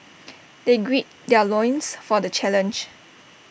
they gird their loins for the challenge